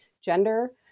gender